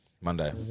Monday